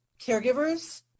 caregivers